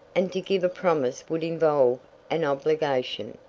and to give a promise would involve an obligation.